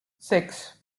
six